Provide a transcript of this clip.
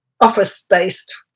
office-based